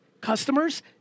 customers